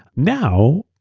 now,